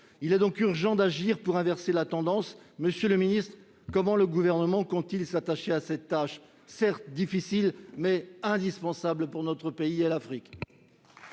Il est donc urgent d'agir pour inverser la tendance. Monsieur le ministre, comment le Gouvernement compte-t-il s'attaquer à cette tâche, certes difficile, mais indispensable pour notre pays et pour l'Afrique ?